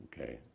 Okay